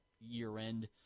year-end